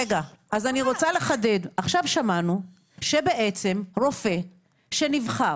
עכשיו שמענו שבעצם רופא שנבחר,